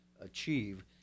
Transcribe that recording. achieve